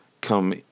come